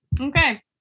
Okay